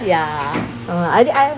ya no lah I think I've